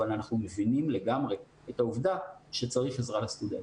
אבל אנחנו מבינים לגמרי את העובדה שצריך עזרה לסטודנטים.